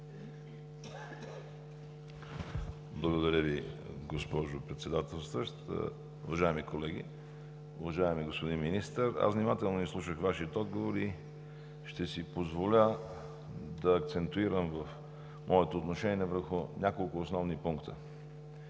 Благодаря Ви, госпожо Председател. Уважаеми колеги! Уважаеми господин Министър, внимателно изслушах отговора Ви и ще си позволя да акцентирам в моето отношение върху няколко основни пункта.